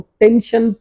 tension